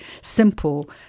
simple